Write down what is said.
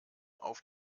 auf